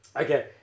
Okay